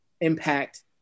impact